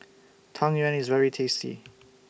Tang Yuen IS very tasty